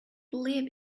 believe